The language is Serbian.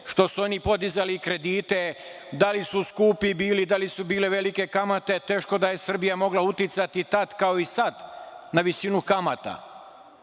što su oni podizali kredite, a da li su bili skupi, da li su bile velike kamate, teško da je Srbija mogla uticati tada kao i sada na visinu kamata.